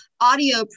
audio